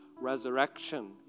resurrection